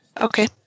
Okay